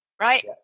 Right